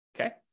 okay